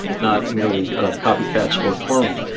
not nearly copycats or clones,